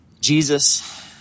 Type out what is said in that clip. Jesus